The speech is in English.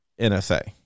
NSA